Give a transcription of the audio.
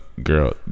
girl